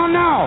no